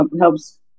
helps